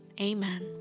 Amen